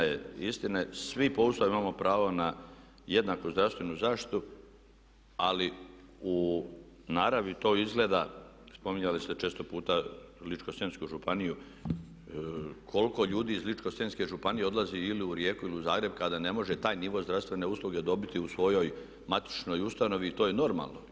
Kolega Bulj, istina je, istina je svi po Ustavu imamo pravo na jednaku zdravstvenu zaštitu ali u naravi to izgleda, spominjali ste često puta Ličko-senjsku županiju, koliko ljudi iz Ličko-senjske županije odlazi ili u Rijeku ili u Zagreb kada ne može taj nivo zdravstvene usluge dobiti u svojoj matičnoj ustanovi i to je normalno.